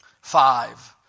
Five